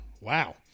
Wow